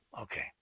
okay